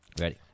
Ready